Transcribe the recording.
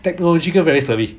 technological very savvy